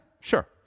sure